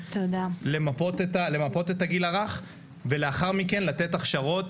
למפות את הגיל הרך ולאחר מכן לתת הכשרות